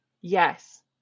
Yes